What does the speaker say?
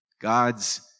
God's